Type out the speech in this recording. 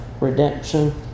redemption